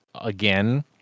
again